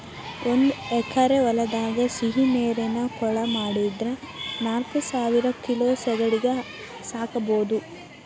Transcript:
ಒಂದ್ ಎಕರೆ ಹೊಲದಾಗ ಸಿಹಿನೇರಿನ ಕೊಳ ಮಾಡಿದ್ರ ನಾಲ್ಕಸಾವಿರ ಕಿಲೋ ಸೇಗಡಿ ಸಾಕಬೋದು